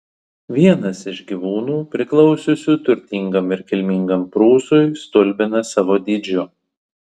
vienas iš gyvūnų priklausiusių turtingam ir kilmingam prūsui stulbina savo dydžiu